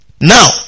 Now